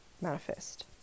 manifest